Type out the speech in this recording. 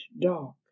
dark